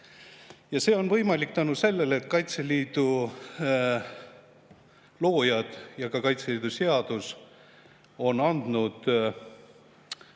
See on võimalik tänu sellele, et Kaitseliidu loojad ja ka Kaitseliidu seadus on loonud